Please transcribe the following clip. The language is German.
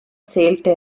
zählte